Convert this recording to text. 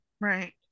right